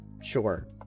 Sure